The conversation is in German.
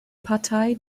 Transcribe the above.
partei